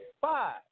Five